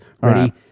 Ready